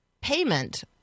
payment